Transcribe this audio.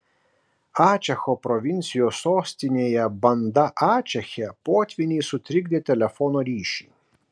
ačecho provincijos sostinėje banda ačeche potvyniai sutrikdė telefono ryšį